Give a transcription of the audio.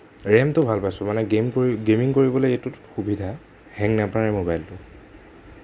ৰেমটো ভাল পাইছোঁ মানে গেমিং কৰিবলৈ এইটোত সুবিধা হেং নামাৰে মোবাইলটো